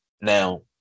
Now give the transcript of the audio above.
Now